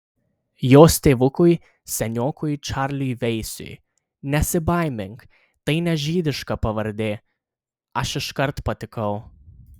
jos tėvukui seniokui čarliui veisui nesibaimink tai ne žydiška pavardė aš iškart patikau